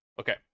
Okay